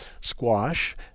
squash